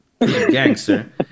gangster